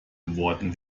geworden